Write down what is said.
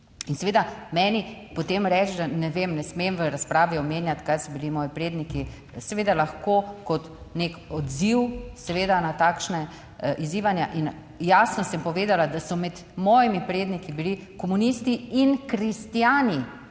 In seveda meni potem reči, da ne vem, ne smem v razpravi omenjati kaj so bili moji predniki seveda lahko kot nek odziv seveda na takšne izzivanja. In jasno sem povedala, da so med mojimi predniki bili komunisti in kristjani